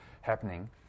happening